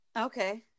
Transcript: okay